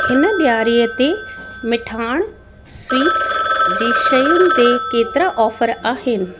हिन ॾिआरीअ ते मिठाण स्वीट्स जी शयुनि ते केतिरा ऑफर आहिनि